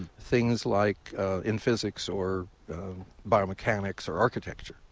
things like in physics or biomechanics or architecture.